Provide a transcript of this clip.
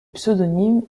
pseudonyme